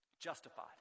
Justified